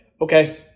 Okay